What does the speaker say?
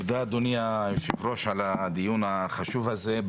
תודה אדוני היושב ראש על הדיון החשוב הזה.